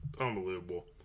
Unbelievable